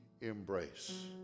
embrace